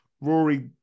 Rory